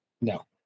No